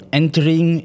entering